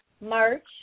March